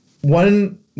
one